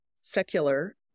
secular